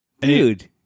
dude